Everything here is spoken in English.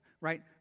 right